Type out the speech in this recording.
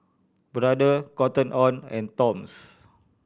Brother Cotton On and Toms